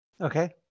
Okay